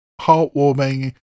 heartwarming